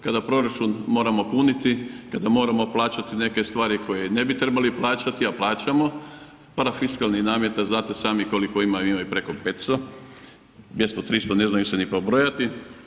Kada proračun moramo puniti, kada moramo plaćati neke stvari koje ne bi trebali plaćati, a plaćamo, parafiskalnih nameta znate sami koliko ih ima, ima ih preko 500, 200, 300 ne znaju se ni pobrojati.